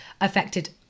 affected